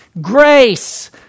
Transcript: grace